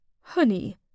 honey